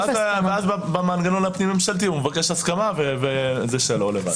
ואז במנגנון הפנים ממשלתי הוא מבקש הסכמה וזה שלו לבד.